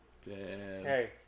Hey